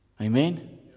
Amen